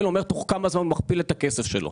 אומר תוך כמה זמן הוא מכפיל את הכסף שלו.